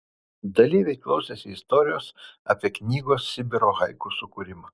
dalyviai klausėsi istorijos apie knygos sibiro haiku sukūrimą